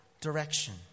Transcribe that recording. direction